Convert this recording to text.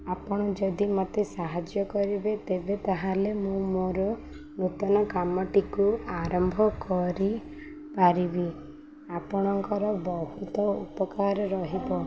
ଆପଣ ଯଦି ମୋତେ ସାହାଯ୍ୟ କରିବେ ତେବେ ତାହେଲେ ମୁଁ ମୋର ନୂତନ କାମଟିକୁ ଆରମ୍ଭ କରିପାରିବି ଆପଣଙ୍କର ବହୁତ ଉପକାର ରହିବ